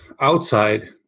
outside